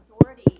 authority